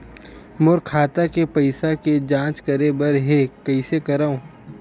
मोर खाता के पईसा के जांच करे बर हे, कइसे करंव?